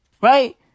Right